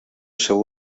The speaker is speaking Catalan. seu